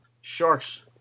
Sharks